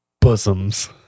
bosoms